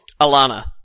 Alana